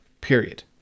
Period